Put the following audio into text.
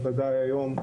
בוודאי היום,